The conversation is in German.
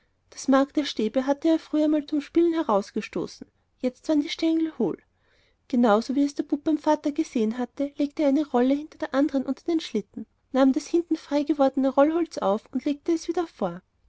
das mark der stäbe hatte er früher einmal beim spiel herausgestoßen jetzt waren die stengel hohl genau so wie es der bub beim vater gesehen hatte legte er eine rolle hinter der anderen unter den schlitten nahm das hinten frei gewordene rollholz auf und legte es wieder vor